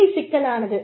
வேலை சிக்கலானது